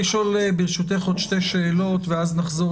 ברשותך עוד שתי שאלות ואז נחזור